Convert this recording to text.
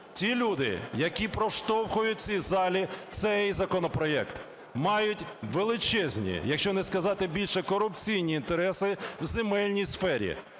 Ті люди, які проштовхують в цій залі цей законопроект, мають величезні, якщо не сказати більше – корупційні інтереси в земельній сфері.